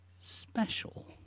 special